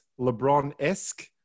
LeBron-esque